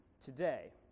today